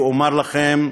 ואומר לכם: